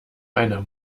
einer